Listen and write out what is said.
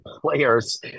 players